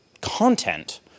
content